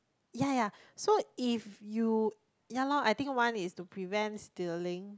ya ya so if you ya loh I think one is to prevent stealing